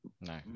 No